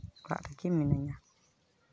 ᱚᱲᱟᱜ ᱨᱮᱜᱮ ᱢᱤᱱᱟᱹᱧᱟ